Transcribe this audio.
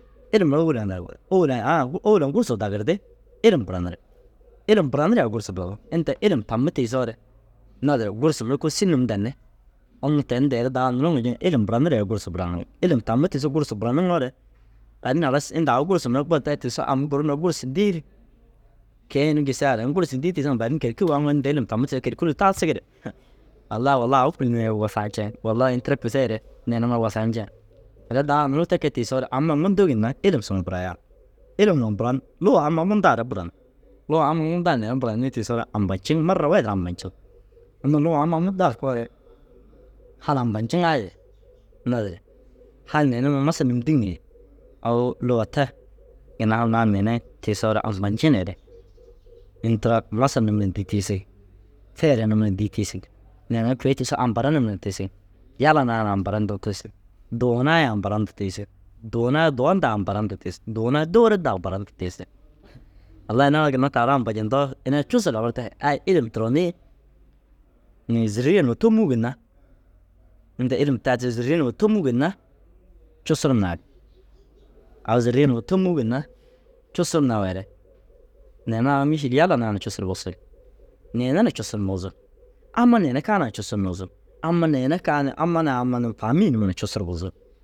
Ilim mire ŋa nar gon owel ŋa aa owel ŋa gursa dagirdi ilim buranirig. Ilim buraniree gursa buranirig. Inta ilim tamme tiisoore naazire gursa gursu mire kôoli sîri num danni. Unnu tani teere dau nuruu ŋa jiŋa ilim buranireere gursa buranirig. Ilim tamme tiisoo gursu buranuŋoore baadin halas inta au gursu mere gon tayi tiisoo am guru mire gursu dîi ru ke- i ini gisigaa harayinni gursu dîi tiisiŋa baadin kêlkil waaŋo inta ilim tamme tiisoo kêlkiluu taasigire? Ha allau wulla au kûlunuŋiree wusaa nceŋ. Wulla ini tira kiseere neere mire wusaa nceŋ. Teere dau nuruu te kee tiisoore ama muntuu ginna ilim suma burayaa. Ilim numa buran luga amma muntaa ra buran. Luga amma muntaa neere buranii tiisoore ampa nciŋ. Marra wahid ri ampaciŋ. Unnu luga amma muntaa ru koore hal ampa ciŋaa ye naazire hal neene mire masal num dîŋa ye au luga te ginna hal naana neene i tiisoore azumancineere ini tira masal num na dîi tiisig. Feere ra num na dîi tiisig. Neere kui tiisoo ampare num na tiisig. Yala naana ampare hundu tiisig. Duunaa i ampare hundu tiisig. Duunaa i duwa hundaa ampare hundu tiisig. Duwunaa i duwere hundaa ampare hundu tiisig. Walai ina ara ginna taara ampajintoo ini ai cussuu labar tayi. Ai ilim turonii inii zîrriye numa tômuu ginna inta ilim tayi tiisoo zûriye numa tômuu ginna cusu ru naag. Au zûriye numa tômuu ginna cusu ru naweere neene au mîšil yala na cusu ru busugi. Neene na cusu ru nuuzug. Amma neene kaana cusun nuuzug. Amma neene kaa ni amma amma num faamî numa na cusu ru buzug.